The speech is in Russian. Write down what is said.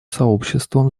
сообществом